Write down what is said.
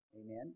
Amen